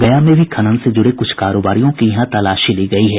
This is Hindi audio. गया में भी खनन से जुड़े कुछ कारोबारियों के यहां तलाशी ली गई है